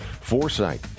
Foresight